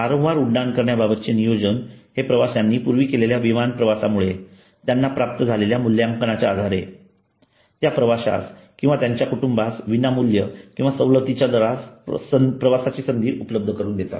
वारंवार उड्डाण करणाबाबतचे नियोजन हे प्रवाशांनी पूर्वी केलेल्या विमान प्रवासामुळे त्यांना प्राप्त झालेल्या मुलांकनाच्या आधारे त्या प्रवाश्यास किंवा त्याच्या कुटुंबास विनामूल्य किंवा सवलतीच्या दरात प्रवासाची संधी उपलब्ध करून देतात